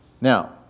Now